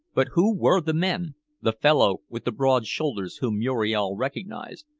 but who were the men the fellow with the broad shoulders whom muriel recognized,